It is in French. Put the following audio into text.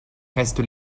reste